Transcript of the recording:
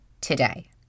today